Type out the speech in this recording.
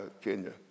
Kenya